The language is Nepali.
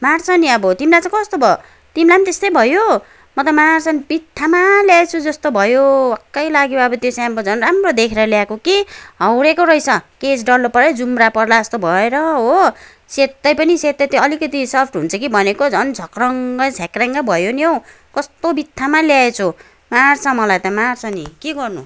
मार्छ नि अब तिमीलाई चाहिँ कस्तो भयो तिमीलाई पनि त्यस्तै भयो म त मार्छ नि बित्थामा ल्याएछु जस्तो भयो वाक्कै लाग्यो अब त्यो स्याम्पू झन् राम्रो देखेर ल्याएको कि हौडेको रहेछ केश डल्लो पऱ्यो जुम्रा पर्ला जस्तो भएर हो सेत्तै पनि सेत्तै त्यो अलिकति सफ्ट हुन्छ कि भनेको झन् झक्रङ्ङ झेक्रेङ्गै भयो नि हौ कस्तो बित्थामा ल्याएछु मार्छ मलाई त मार्छ नि के गर्नु